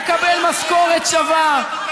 לקבל משכורת שווה,